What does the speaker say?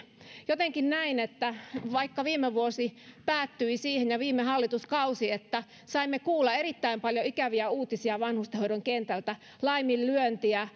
jotenkin näen että vaikka viime vuosi ja viime hallituskausi päättyi siihen että saimme kuulla erittäin paljon ikäviä uutisia vanhustenhoidon kentältä laiminlyöntiä